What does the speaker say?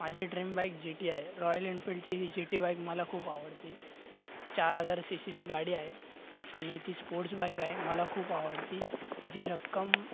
माझी dream bike G T आहे Royal इनफिल्डची ही जी टी बाईक मला खूप आवडती चार हजार सी सीची गाडी आहे आणि ती स्पोर्ट्स बाईक आहे मला खूप आवडती तिची रक्कम